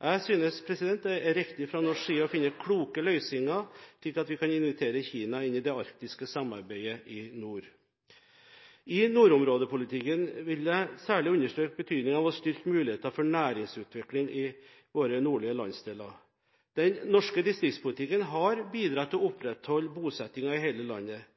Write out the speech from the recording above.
Jeg synes det er riktig fra norsk side å finne kloke løsninger, slik at vi kan invitere Kina inn i det arktiske samarbeidet i nord. I nordområdepolitikken vil jeg særlig understreke betydningen av å styrke mulighetene for næringsutvikling i våre nordlige landsdeler. Den norske distriktspolitikken har bidratt til å opprettholde bosettingen i hele landet.